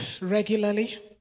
regularly